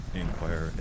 inquire